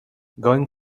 going